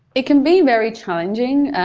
it can be very challenging,